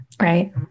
right